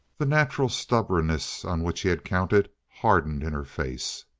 the natural stubbornness on which he had counted hardened in her face.